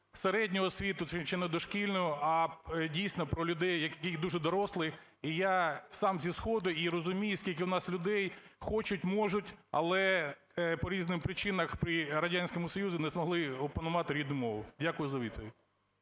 середню освіту чи не дошкільну, а дійсно про людей, які дуже дорослі. І я сам зі сходу і розумію, скільки у нас людей хочуть, можуть, але по різним причинам при Радянському Союзі не змогли опанувати рідну мову. Дякую за